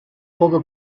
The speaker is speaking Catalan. poca